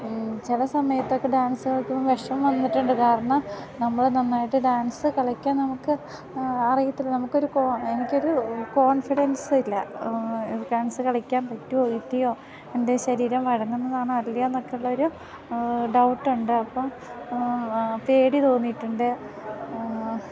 ചില സമയത്തൊക്കെ ഡാൻസ് കളിക്കുമ്പം വിഷമം വന്നിട്ടുണ്ട് കാരണം നമ്മൾ നന്നായിട്ട് ഡാൻസ് കളിക്കാൻ നമുക്ക് അറിയിത്തില്ല നമുക്കൊരു എനിക്കൊരു കോൺഫിഡൻസ് ഇല്ല ഡാൻസ് കളിക്കാൻ പറ്റുമോ ഇല്ലയോ എൻ്റെ ശരീരം വഴങ്ങുന്നതാണോ അല്ലയോ എന്നൊക്കെയുള്ളൊരു ഡൗട്ട് ഉണ്ട് അപ്പം പേടി തോന്നിയിട്ടുണ്ട്